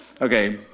okay